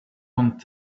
one